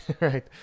right